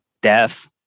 death